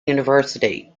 university